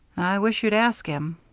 i wish you'd ask him.